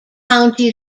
county